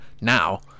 now